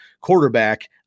quarterback